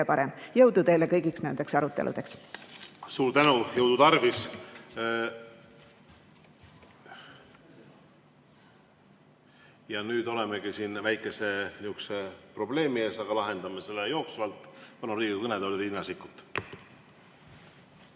parem. Jõudu teile kõigiks nendeks aruteludeks! Suur tänu, jõudu tarvis! Nüüd oleme siin väikese probleemi ees, aga lahendame selle jooksvalt. Palun Riigikogu kõnetooli Riina Sikkuti.